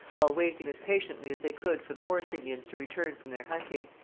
while waiting as patiently as they could for the horse indians to return from their hunting.